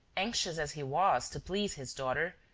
anxious as he was to please his daughter,